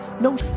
No